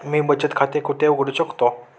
मी बचत खाते कुठे उघडू शकतो?